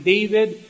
David